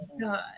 God